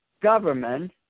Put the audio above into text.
government